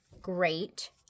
great